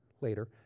later